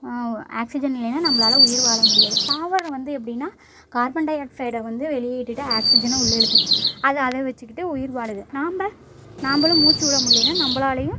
oxygen இல்லைன்னா நம்மளால் உயிர் வாழ முடியாது தாவரம் வந்து எப்படின்னா கார்பன்டையாக்சைடை வந்து வெளியிட்டுட்டு ஆக்சிஜனை உள்ள இழுத்துக்குது அது அதை வச்சிக்கிட்டு உயிர் வாழுது நம்ப நம்பளும் மூச்சி விட முடில்லேன்னா